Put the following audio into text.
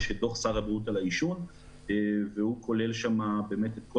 יש את דוח שר הבריאות על העישון והוא כולל את כל